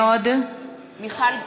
מיכל בירן,